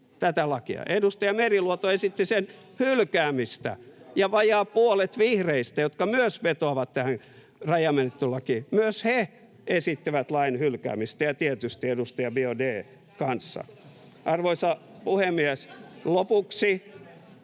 Edustaja Meriluoto esitti sen hylkäämistä ja myös vajaa puolet vihreistä, jotka myös vetoavat tähän rajamenettelylakiin, esittävät lain hylkäämistä ja tietysti edustaja Biaudet kanssa. Arvoisa puhemies! Lopuksi